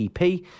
EP